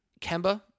Kemba